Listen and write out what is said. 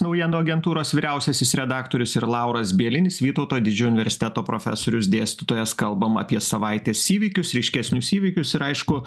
naujienų agentūros vyriausiasis redaktorius ir lauras bielinis vytauto didžiojo universiteto profesorius dėstytojas kalbam apie savaitės įvykius ryškesnius įvykius ir aišku